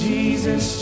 Jesus